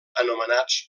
anomenats